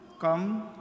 Come